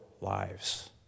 lives